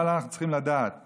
אבל אנחנו צריכים לדעת